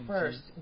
First